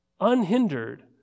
unhindered